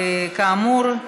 כאמור,